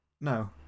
No